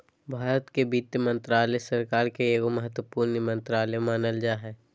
भारत के वित्त मन्त्रालय, सरकार के एगो महत्वपूर्ण मन्त्रालय मानल जा हय